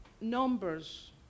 numbers